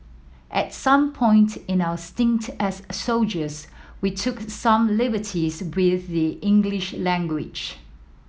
at some point in our stint as soldiers we took some liberties with the English language